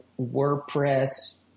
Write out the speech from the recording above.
WordPress